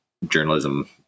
journalism